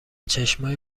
چشمای